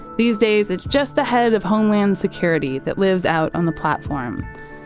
these days, it's just the head of homeland security that lives out on the platform.